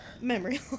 memory